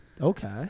okay